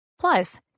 Plus